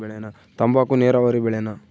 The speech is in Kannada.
ತಂಬಾಕು ನೇರಾವರಿ ಬೆಳೆನಾ?